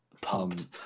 pumped